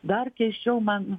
dar keisčiau man